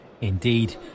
Indeed